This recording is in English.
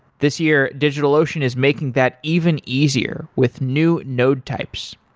this year, digitalocean is making that even easier with new node types.